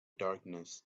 darkness